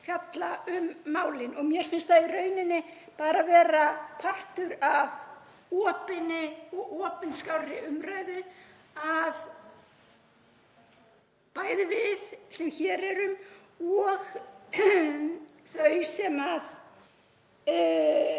fjalla um málin. Mér finnst það í rauninni bara vera partur af opinni og opinskárri umræðu að bæði við sem hér erum og þau sem